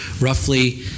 roughly